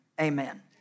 amen